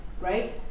right